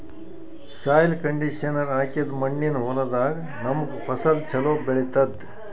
soil conditioner ಹಾಕಿದ್ದ್ ಮಣ್ಣಿನ್ ಹೊಲದಾಗ್ ನಮ್ಗ್ ಫಸಲ್ ಛಲೋ ಬೆಳಿತದ್